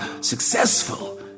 successful